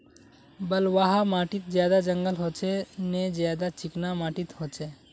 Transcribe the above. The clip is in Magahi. बलवाह माटित ज्यादा जंगल होचे ने ज्यादा चिकना माटित होचए?